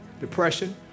depression